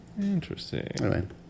Interesting